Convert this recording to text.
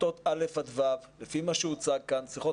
כיתות א' עד ו' לפי מה שהוצג כאן צריכות